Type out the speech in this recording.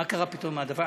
מה קרה פתאום עם ההעדפה?